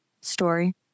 story